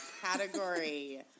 category